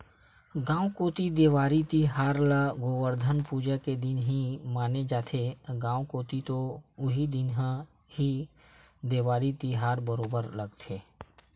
गाँव कोती देवारी तिहार ल गोवरधन पूजा के दिन ही माने जाथे, गाँव कोती तो उही दिन ह ही देवारी तिहार बरोबर लगथे